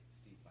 Steve